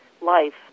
life